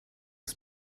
ist